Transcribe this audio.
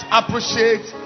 appreciate